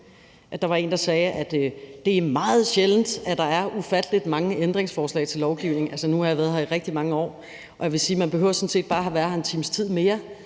Der var en, der sagde, at det er meget sjældent, at der er ufattelig mange ændringsforslag til lovforslag. Altså, nu har jeg været har i rigtig mange år, og jeg vil sige, at man sådan set bare behøver være her en times tid mere,